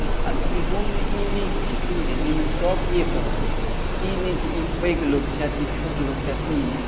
आब इहोमे ई नहि छै की बुझलियै एहिमे सब एक रङ्ग ई नहि छै ई पैघ लोक छथि ई छोट लोक छथि ई नहि